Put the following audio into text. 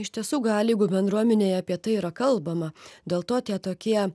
iš tiesų gali jeigu bendruomenėje apie tai yra kalbama dėl to tie tokie